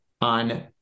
on